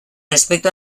respecto